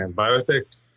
biotech